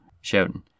shouting